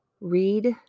Read